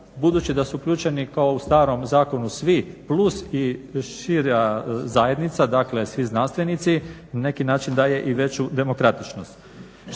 budući da su uključeni kao u starom zakonu svi plus i šira zajednica, dakle svi znanstvenici, na neki način daje i veću demokratičnost.